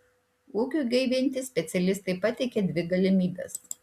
ūkiui gaivinti specialistai pateikia dvi galimybes